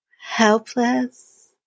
helpless